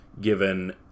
given